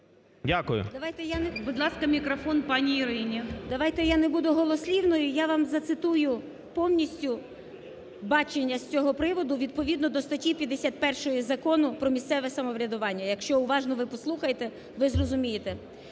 Будь ласка, мікрофон пані Ірині.